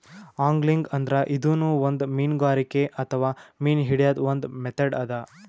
angling ಅಂದ್ರ ಇದೂನು ಒಂದ್ ಮೀನ್ಗಾರಿಕೆ ಅಥವಾ ಮೀನ್ ಹಿಡ್ಯದ್ದ್ ಒಂದ್ ಮೆಥಡ್ ಅದಾ